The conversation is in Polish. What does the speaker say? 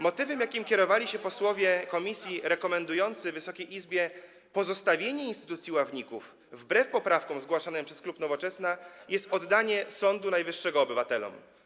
Motywem, jakim kierowali się posłowie komisji rekomendujący Wysokiej Izbie pozostawienie instytucji ławników wbrew poprawkom zgłaszanym przez klub Nowoczesna, jest oddanie Sądu Najwyższego obywatelom.